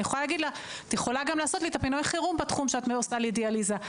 יכולה להגיד לה שתעשה את פינוי החירום בתחום שהיא עושה דיאליזה.